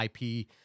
IP